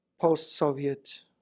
post-Soviet